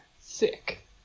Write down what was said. Sick